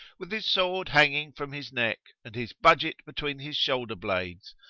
with his sword hanging from his neck and his budget between his shoulder blades,